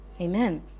amen